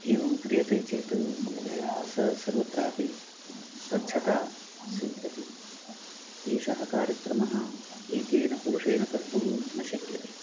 एवं क्रियते चेत् सः सर्वत्रापि स्वच्छता सिद्ध्यति एषः कार्यक्रमः एकेन पुरुषेण कर्तुं न शक्यते